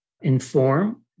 Inform